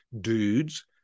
dudes